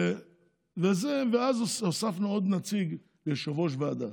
ואז הוספנו עוד נציג ליושב-ראש ועדה,